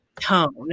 tone